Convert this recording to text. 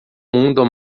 mundo